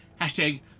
Hashtag